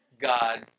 god